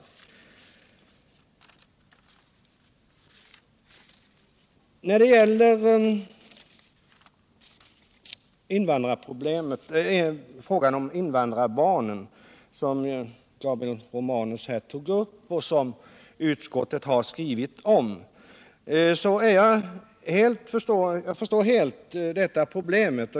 Herr Romanus tog här upp frågan om invandrarbarnen, som utskottet också skrivit om. Jag förstår helt detta problem.